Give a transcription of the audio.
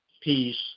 peace